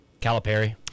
Calipari